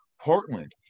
Portland